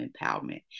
empowerment